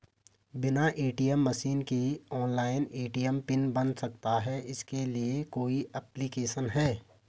बिना ATM machine के online ATM PIN बन सकता है इसके लिए कोई ऐप्लिकेशन है?